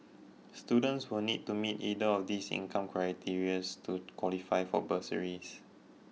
students will need to meet either of these income criteria's to qualify for bursaries